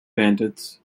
bandits